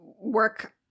work